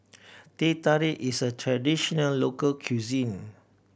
Teh Tarik is a traditional local cuisine